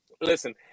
listen